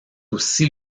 aussi